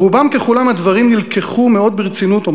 ברובם ככולם הדברים נלקחו מאוד ברצינות,